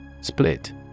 Split